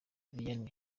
vianney